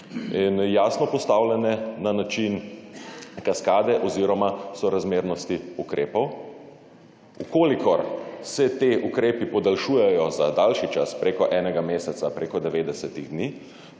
in jasno postavljene na način kaskade oziroma sorazmernosti ukrepov. Če se ti ukrepi podaljšujejo za daljši čas preko enega meseca, preko 90. dni,